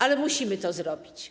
Ale musimy to zrobić.